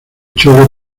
chole